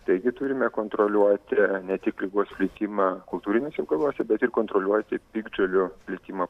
taigi turime kontroliuoti ne tik ligos plitimą kultūriniuose augaluose bet ir kontroliuoti piktžolių plitimą